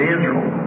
Israel